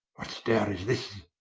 what stirre is this?